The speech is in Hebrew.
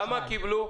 כמה קיבלו?